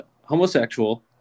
homosexual